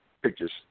pictures